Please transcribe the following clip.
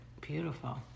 Beautiful